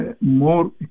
More